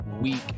week